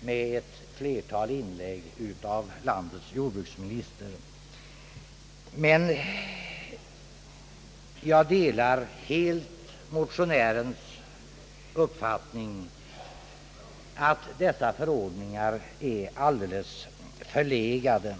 med ett flertal inlägg av landets jordbruksminister, men jag delar helt motionärens uppfattning att dessa förordningar är alldeles förlegade.